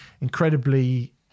incredibly